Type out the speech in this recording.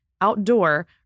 outdoor